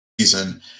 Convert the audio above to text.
season